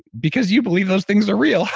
because you believe those things are real.